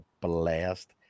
blast